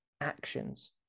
actions